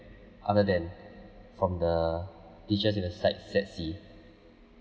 other than from the dishes and the side set C